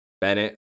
Bennett